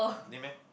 need meh